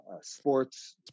sports